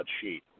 sheet